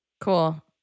cool